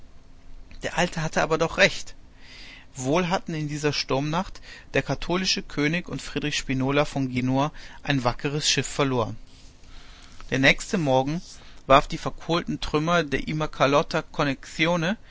der alte hatte aber doch recht wohl hatten in dieser sturmnacht der katholische könig und friedrich spinola von genua ein wackeres schiff verloren der nächste morgen warf die verkohlten trümmer der immacolata